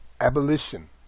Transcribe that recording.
abolition